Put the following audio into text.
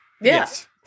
Yes